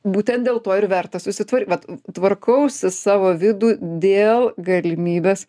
būtent dėl to ir verta susitvar vat tvarkausi savo vidų dėl galimybės